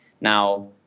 now